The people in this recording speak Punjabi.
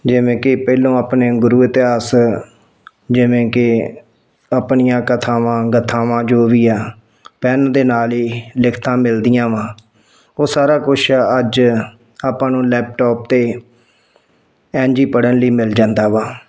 ਜਿਵੇਂ ਕਿ ਪਹਿਲਾਂ ਆਪਣੇ ਗੁਰੂ ਇਤਿਹਾਸ ਜਿਵੇਂ ਕਿ ਆਪਣੀਆਂ ਕਥਾਵਾਂ ਗਥਾਵਾਂ ਜੋ ਵੀ ਆ ਪੈੱਨ ਦੇ ਨਾਲ ਹੀ ਲਿਖਤਾਂ ਮਿਲਦੀਆਂ ਵਾ ਉਹ ਸਾਰਾ ਕੁਛ ਅੱਜ ਆਪਾਂ ਨੂੰ ਲੈਪਟੋਪ 'ਤੇ ਇੰਝ ਹੀ ਪੜ੍ਹਨ ਲਈ ਮਿਲ ਜਾਂਦਾ ਵਾ